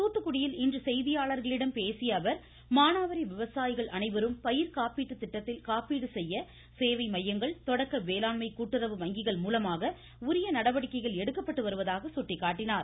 தூத்துக்குடியில் இன்று செய்தியாளர்களிடம் பேசிய அவர் மானாவாரி விவசாயிகள் அனைவரும் பயிர்காப்பீடு திட்டத்தில் காப்பீடு செய்ய சேவை மையங்கள் தொடக்க வேளாண்மை கூட்டுறவு வங்கிகள் மூலமாக உரிய நடவடிக்கைகள் எடுக்கப்பட்டு வருவதாக சுட்டிக்காட்டினார்